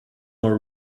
our